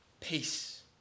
peace